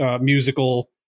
musical